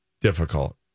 difficult